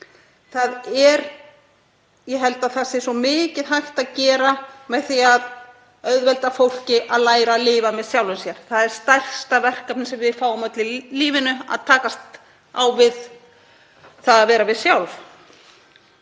vandann. Ég held að hægt sé að gera mikið með því að auðvelda fólki að læra að lifa með sjálfu sér. Það er stærsta verkefnið sem við fáum öll í lífinu að takast á við það að vera við sjálf.